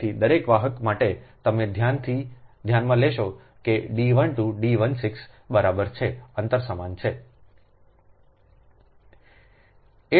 તેથી દરેક વાહક માટે તમે ધ્યાનમાં લેશો કે D 12 D 16 બરાબર છે અંતર સમાન છે